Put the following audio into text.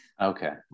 okay